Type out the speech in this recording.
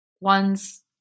one's